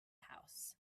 house